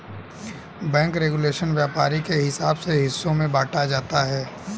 bank regulation व्यापार के हिसाब से हिस्सों में बांटा जाता है